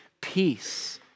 Peace